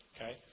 okay